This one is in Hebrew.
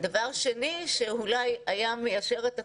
דבר שני שאולי היה מיישר את הכול,